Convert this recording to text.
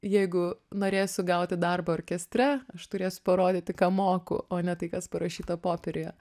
jeigu norėsiu gauti darbą orkestre aš turėsiu parodyti ką moku o ne tai kas parašyta popieriuje